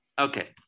Okay